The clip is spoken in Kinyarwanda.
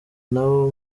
n’abo